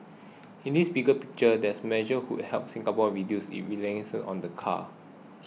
in this bigger picture these measures would help Singapore reduce its reliance on the car